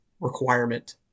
requirement